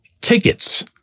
tickets